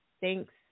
Thanks